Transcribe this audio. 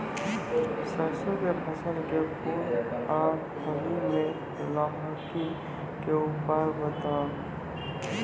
सरसों के फसल के फूल आ फली मे लाहीक के उपाय बताऊ?